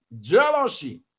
jealousy